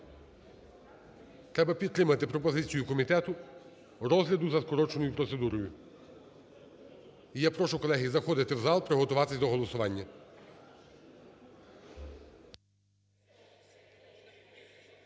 треба підтримати пропозицію комітету розгляду за скороченою процедурою. І я прошу, колеги, заходити в зал і приготуватись до голосування.